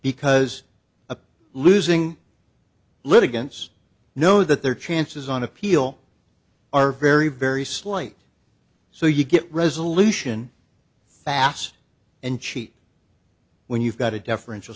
because a losing litigants know that their chances on appeal are very very slight so you get resolution fast and cheat when you've got a deferential